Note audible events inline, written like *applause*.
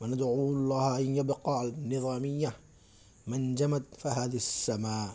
*unintelligible*